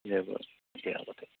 जायोब्ला जायाब्लाथाय